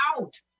out